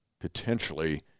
potentially